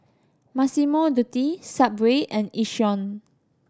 Massimo Dutti Subway and Yishion